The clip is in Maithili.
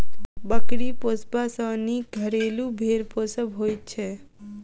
बकरी पोसबा सॅ नीक घरेलू भेंड़ पोसब होइत छै